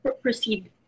proceed